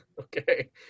Okay